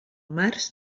març